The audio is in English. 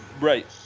right